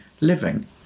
living